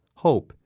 hope,